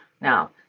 Now